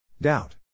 Doubt